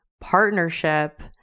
partnership